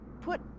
put